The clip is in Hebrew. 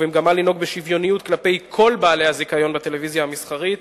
ובמגמה לנהוג בשוויוניות כלפי כל בעלי הזיכיון בטלוויזיה המסחרית,